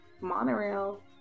monorail